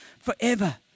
forever